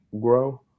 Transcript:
grow